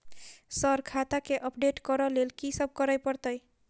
Sir खाता केँ update करऽ लेल की सब करै परतै?